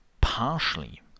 partially